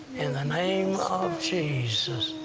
in the name of jesus!